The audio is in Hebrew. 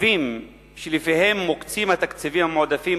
וכתובים שלפיהם מוקצים התקציבים המועדפים